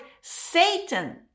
Satan